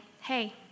Hey